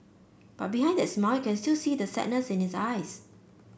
but behind that smile can still see the sadness in his eyes